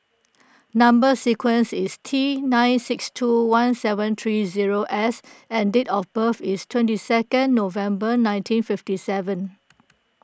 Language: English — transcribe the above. Number Sequence is T nine six two one seven three zero S and date of birth is twenty second November nineteen fifty seven